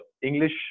English